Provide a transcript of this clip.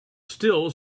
still